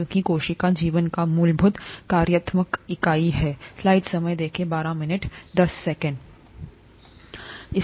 क्योंकि कोशिका जीवन की मूलभूत कार्यात्मक इकाई है